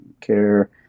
care